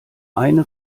eine